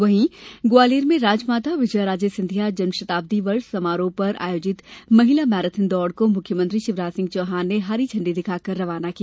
वहीं ग्वालियर मे राजमाता विजयाराजे सिंधिया जन्मशताब्दी वर्ष समारोह पर आयोजित महिला मैराथन दौड़ को मुख्यमंत्री षिवराज सिंह चौहान ने हरी झंडी दिखाकर रवाना किया